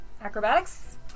Acrobatics